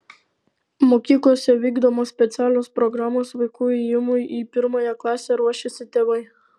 mokyklose vykdomos specialios programos vaikų ėjimui į pirmąją klasę ruošiasi tėvai